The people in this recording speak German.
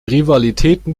rivalitäten